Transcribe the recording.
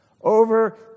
Over